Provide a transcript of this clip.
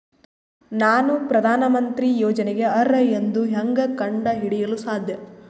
ನಾನು ಪ್ರಧಾನ ಮಂತ್ರಿ ಯೋಜನೆಗೆ ಅರ್ಹ ಎಂದು ಹೆಂಗ್ ಕಂಡ ಹಿಡಿಯಲು ಸಾಧ್ಯ?